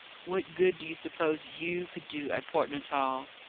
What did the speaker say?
what good do you suppose you could do at port natal?